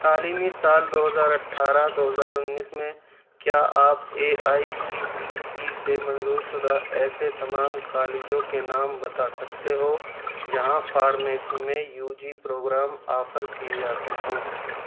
تعلیمی سال دو ہزار اٹھارہ دو ہزار انیس میں کیا آپ A I C T P سے منظور شدہ ایسے تمام کالجوں کے نام بتا سکتے ہو جہاں فارمیسی میں یو جی پروگرام آفر کیے جاتے ہوں